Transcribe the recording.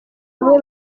bamwe